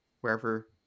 wherever